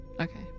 Okay